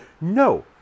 No